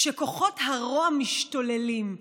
כשכוחות הרוע משתוללים,